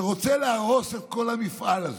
הוא רוצה להרוס את כל המפעל הזה,